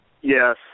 Yes